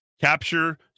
Capture